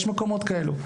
יש מקומות כאלה.